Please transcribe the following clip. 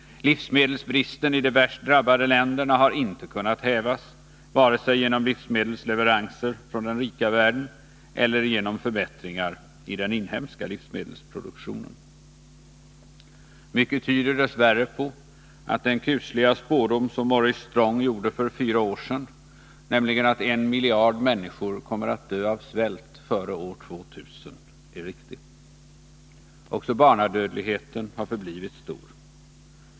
Livsmedelsbristen i de värst drabbade länderna har inte kunnat hävas, vare sig genom livsmedelsleveranser från den rika världen eller genom förbättringar i den inhemska livsmedelsproduktionen. Mycket tyder dess värre på att den kusliga spådom som Morris Strong gjorde för fyra år sedan, nämligen att I miljard människor kommer att dö av svält före år 2000, är riktig. Också barnadödligheten har förblivit stor.